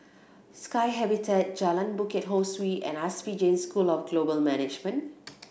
Sky Habitat Jalan Bukit Ho Swee and S P Jain School of Global Management